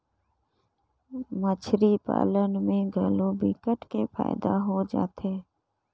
मछरी पालन में घलो विकट के फायदा हो जाथे